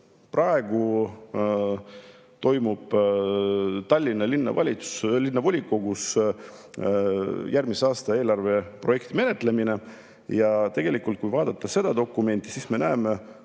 praegu toimub Tallinna Linnavolikogus järgmise aasta eelarve projekti menetlemine. Kui vaatame seda dokumenti, siis me näeme